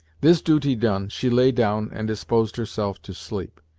this duty done, she lay down and disposed herself to sleep.